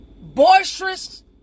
boisterous